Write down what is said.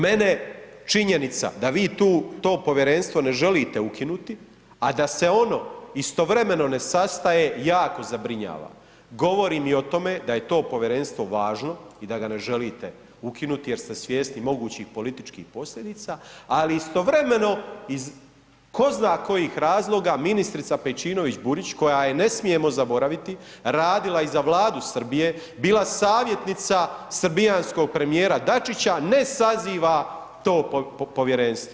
Mene činjenica da vi to povjerenstvo ne želite ukinuti, a da se ono istovremeno ne sastaje, jako zabrinjava, govori mi o tome da je to povjerenstvo važno i da ga ne želite ukinuti jer ste svjesni mogućih političkih posljedica, ali istovremeno iz tko zna kojih razloga ministrica Pejčinović-Burić, koja je, ne smijemo zaboraviti, radila i za Vladu Srbije, bila savjetnica srbijanskog premijera Dačića, ne saziva to povjerenstvo.